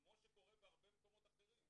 כמו שקורה בהרבה מקומות אחרים,